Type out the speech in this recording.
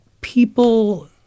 people